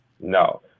No